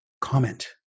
comment